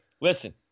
listen